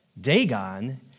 Dagon